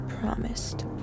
promised